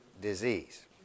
disease